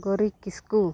Gauri Kisku